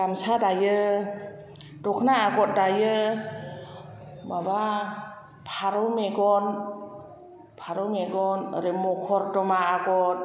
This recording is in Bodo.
गामसा दायो दखना आगर दायो माबा फारौ मेगन फारौ मेगन ओरै मखरद'मा आगर